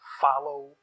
follow